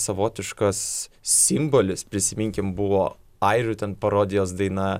savotiškas simbolis prisiminkim buvo airių ten parodijos daina